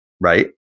right